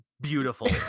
beautiful